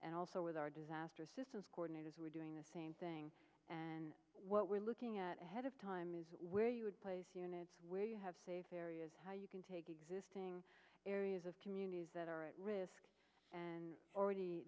and also with our disaster assistance coordinators we're doing the same thing and what we're looking at ahead of time is where you would place units where you have saved areas how you can take existing areas of communities that are at risk and already